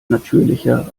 natürlicher